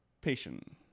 patient